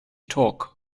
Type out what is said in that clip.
torque